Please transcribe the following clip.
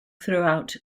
throughout